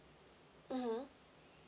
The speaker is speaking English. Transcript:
mmhmm